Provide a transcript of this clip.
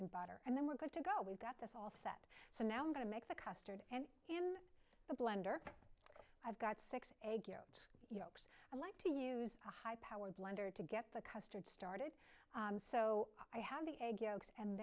and butter and then we're going to go we've got that so now i'm going to make the custard and in a blender i've got six egg yolks i like to use a high powered blender to get the custard started so i have the egg yolks and